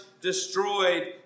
destroyed